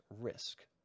risk